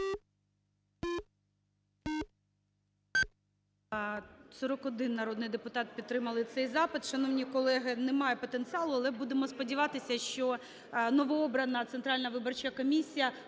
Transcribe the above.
41 народний депутат підтримали цей запит. Шановні колеги, немає потенціалу, але будемо сподіватися, що новообрана Центральна виборча комісія